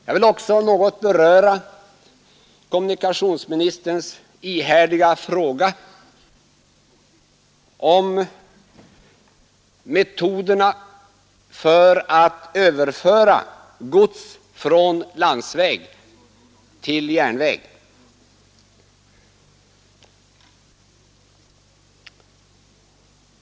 Jag vill också något beröra kommunikationsministerns upprepade fråga om metoderna för att överföra gods från landsväg till järnväg.